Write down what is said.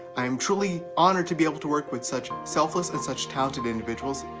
i am truly honored to be able to work with such selfless and such talented individuals,